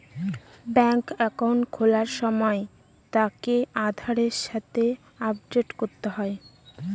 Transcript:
ব্যাঙ্কে একাউন্ট খোলার সময় তাকে আধারের সাথে আপডেট করতে হয়